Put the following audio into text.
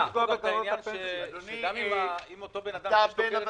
אם אין מסגרת מאושרת ל-21' בנוגע לקופסה,